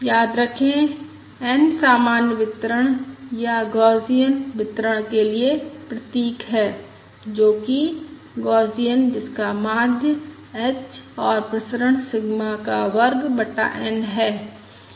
याद रखें n सामान्य वितरण या गौसियन वितरण के लिए प्रतीक है जो कि गौसियन जिसका माध्य h और प्रसरण सिग्मा का वर्ग बटा N है